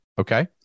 Okay